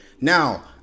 Now